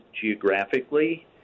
geographically